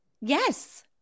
yes